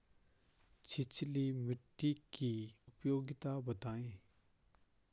छिछली मिट्टी की उपयोगिता बतायें?